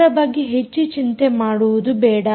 ಅದರ ಬಗ್ಗೆ ಹೆಚ್ಚು ಚಿಂತೆ ಮಾಡುವುದು ಬೇಡ